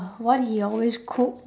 what he always quote